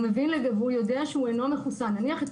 והוא יודע שהוא אינו מחוסן נניח את